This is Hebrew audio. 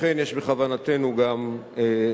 לכן יש בכוונתנו גם להקים